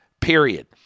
period